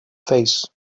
face